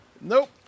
Nope